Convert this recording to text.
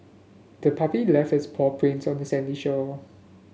the puppy left its paw prints on the sandy shore